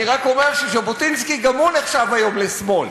אני רק אומר שז'בוטינסקי גם הוא נחשב היום לשמאל,